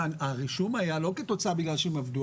הרישום היה לא בגלל שהם עבדו.